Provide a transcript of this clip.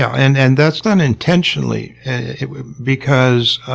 yeah. and and that's done intentionally because,